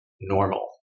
normal